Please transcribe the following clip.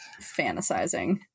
fantasizing